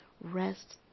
Rest